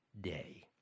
day